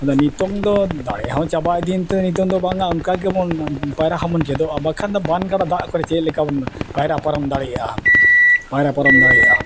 ᱟᱫᱚ ᱱᱤᱛᱚᱝ ᱫᱚ ᱫᱟᱲᱮ ᱦᱚᱸ ᱪᱟᱵᱟ ᱤᱫᱤᱭᱮᱱᱛᱮ ᱱᱤᱛᱚᱝ ᱫᱚ ᱵᱟᱝᱟ ᱚᱱᱠᱟ ᱜᱮᱵᱚᱱ ᱯᱟᱭᱨᱟ ᱦᱚᱸᱵᱚᱱ ᱪᱮᱫᱚᱜᱼᱟ ᱵᱟᱠᱷᱟᱱ ᱫᱚ ᱵᱟᱱ ᱜᱟᱰᱟ ᱫᱟᱜ ᱠᱚᱨᱮ ᱪᱮᱫ ᱞᱮᱠᱟ ᱵᱚᱱ ᱯᱟᱭᱨᱟ ᱯᱟᱨᱚᱢ ᱫᱟᱲᱮᱭᱟᱜᱼᱟ ᱯᱟᱭᱨᱟ ᱯᱟᱨᱚᱢ ᱫᱟᱲᱮᱭᱟᱜᱼᱟ